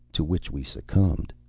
to which we succumbed.